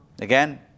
Again